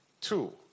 Two